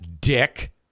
dick